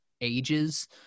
ages